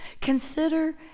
Consider